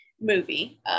movie